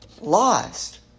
lost